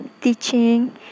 teaching